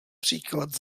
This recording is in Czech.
příklad